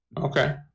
okay